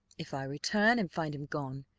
if i return and find him gone,